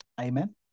Amen